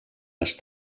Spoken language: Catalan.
les